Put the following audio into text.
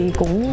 cũng